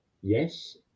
yes